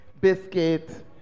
biscuit